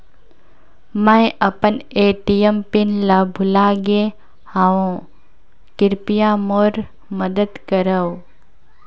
मैं अपन ATM PIN ल भुला गे हवों, कृपया मोर मदद करव